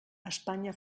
espanya